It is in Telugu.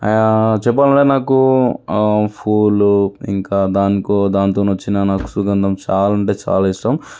చెప్పాను కదా నాకు పూలు ఇంకా దానికో దానితోని వచ్చిన నాకు సుగంధం చాలా అంటే చాలా ఇష్టం